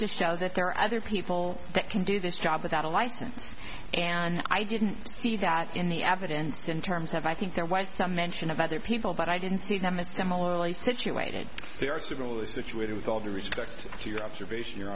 to show that there are other people that can do this job without a license and i didn't see that in the evidence in terms of i think there was some mention of other people but i didn't see them as similarly situated they are similar situated with all due respect to your observation your